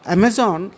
Amazon